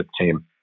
team